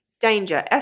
danger